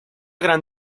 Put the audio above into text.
gran